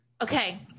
Okay